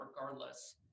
regardless